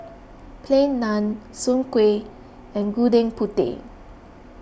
Plain Naan Soon Kueh and Gudeg Putih